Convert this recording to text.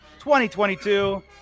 2022